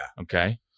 Okay